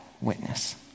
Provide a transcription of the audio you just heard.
witness